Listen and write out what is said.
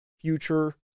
future